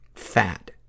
Fat